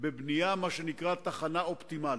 אנחנו נמצאים היום בבניית מה שנקרא "תחנה אופטימלית".